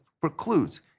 precludes